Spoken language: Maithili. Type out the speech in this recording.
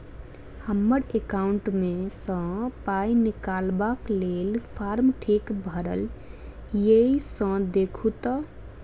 हम्मर एकाउंट मे सऽ पाई निकालबाक लेल फार्म ठीक भरल येई सँ देखू तऽ?